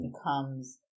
becomes